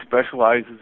specializes